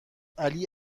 علی